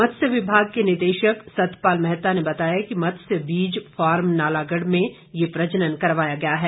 मत्स्य विभाग के निदेशक सतपाल मैहता ने बताया कि मत्स्य बीज फार्म नालागढ़ में ये प्रजनन करवाया गया है